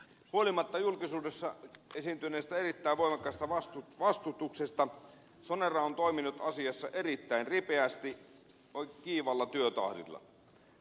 huolimatta julkisuudessa esiintyneestä erittäin voimakkaasta vastustuksesta sonera on toiminut asiassa erittäin ripeästi kiivaalla työtahdilla